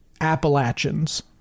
Appalachians